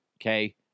okay